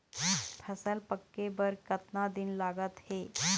फसल पक्के बर कतना दिन लागत हे?